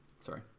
Sorry